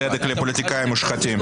צדק לפוליטיקאים מושחתים...